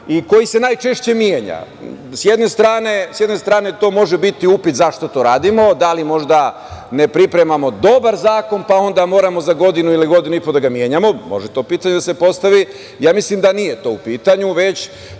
i koji se najčešće menja. S jedne strane, to može biti upit zašto to radimo, da li možda ne pripremamo dobar zakon, pa onda moramo za godinu ili godinu i po da ga menjamo, može to pitanje da se postavi. Ja mislim da nije to u pitanju, već